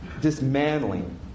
dismantling